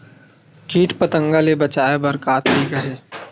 कीट पंतगा ले बचाय बर का तरीका हे?